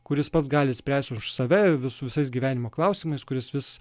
kuris pats gali spręsti už save visais gyvenimo klausimais kuris vis